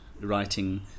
writing